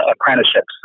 apprenticeships